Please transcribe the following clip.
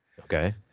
Okay